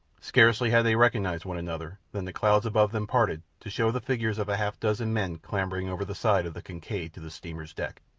scarcely had they recognized one another than the clouds above them parted to show the figures of a half-dozen men clambering over the side of the kincaid to the steamer's deck.